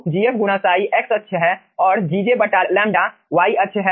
तो Gf गुणासाई Ψ x अक्ष है औरGj बटा लैम्ब्डा λ y अक्ष है